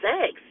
Sex